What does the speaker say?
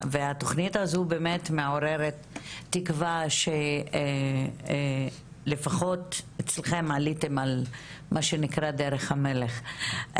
התוכנית הזו באמת מעוררת תקווה שלפחות אצלכם עליתם על דרך המלך.